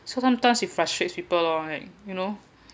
so sometimes he frustrates people are dying you know